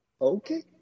Okay